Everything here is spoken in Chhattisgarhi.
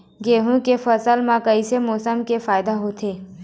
गेहूं के फसल म कइसे मौसम से फायदा होथे?